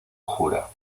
jura